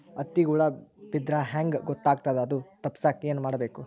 ಹತ್ತಿಗ ಹುಳ ಬಿದ್ದ್ರಾ ಹೆಂಗ್ ಗೊತ್ತಾಗ್ತದ ಅದು ತಪ್ಪಸಕ್ಕ್ ಏನ್ ಮಾಡಬೇಕು?